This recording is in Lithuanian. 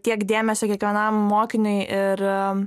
tiek dėmesio kiekvienam mokiniui ir